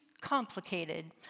complicated